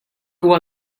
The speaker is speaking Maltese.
huwa